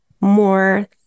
more